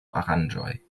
aranĝoj